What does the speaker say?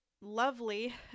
lovely